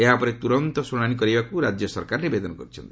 ଏହା ଉପରେ ତୁରନ୍ତ ଶୁଣାଣି କରାଯିବାକୁ ରାଜ୍ୟ ସରକାର ନିବେଦନ କରିଛନ୍ତି